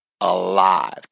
alive